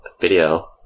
video